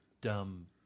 dumb